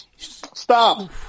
Stop